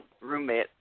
roommate